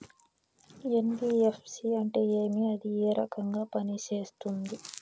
NBFC అంటే ఏమి అది ఏ రకంగా పనిసేస్తుంది